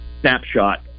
snapshot